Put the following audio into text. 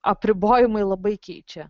apribojimai labai keičia